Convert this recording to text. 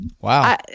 Wow